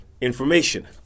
information